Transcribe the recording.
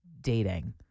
dating